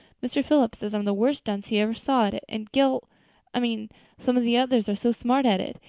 mr. phillips says i'm the worst dunce he ever saw at it. and gil i mean some of the others are so smart at it.